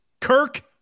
Kirk